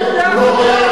הוא לא חייב לתת,